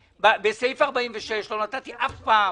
בסעיף 46 לא נתתי אף פעם